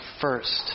first